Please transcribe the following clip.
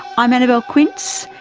i'm annabelle quince,